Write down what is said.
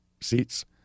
seats